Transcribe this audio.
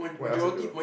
what else to do